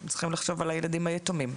צריכים לחשוב על הילדים היתומים,